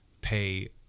pay